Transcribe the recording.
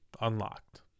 unlocked